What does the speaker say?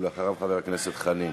ואחריו חבר הכנסת חנין.